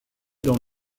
dans